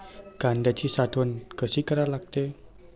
कांद्याची साठवन कसी करा लागते?